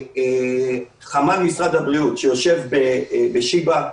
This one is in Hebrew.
חמ"ל משרד הבריאות שיושב בשיבא,